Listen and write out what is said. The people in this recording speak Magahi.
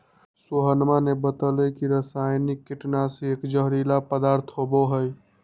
सोहनवा ने बतल कई की रसायनिक कीटनाशी एक जहरीला पदार्थ होबा हई